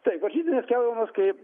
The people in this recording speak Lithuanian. taip varžytinės skelbiamos kai